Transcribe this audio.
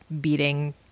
beating